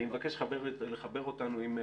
אני מבקש לחבר אותנו עם פרופ',